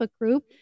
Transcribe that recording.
group